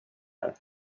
här